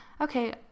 okay